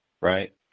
right